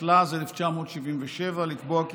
התשל"ז 1977, ולקבוע כי